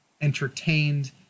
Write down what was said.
entertained